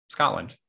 Scotland